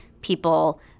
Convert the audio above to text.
people